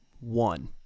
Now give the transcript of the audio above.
one